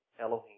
Elohim